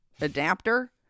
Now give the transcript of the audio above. adapter